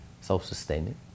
self-sustaining